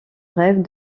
rêve